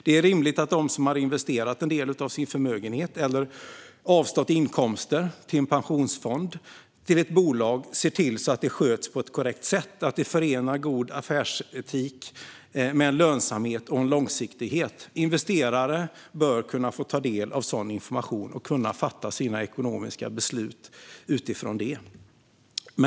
Det är rimligt att de som har investerat en del av sin förmögenhet, eller avstått från inkomster i detta syfte, i en pensionsfond eller ett bolag ser att det sköts på ett korrekt sätt och att god affärsetik förenas med en lönsamhet och en långsiktighet. Investerare bör kunna få ta del av sådan information och kunna fatta sina ekonomiska beslut utifrån det.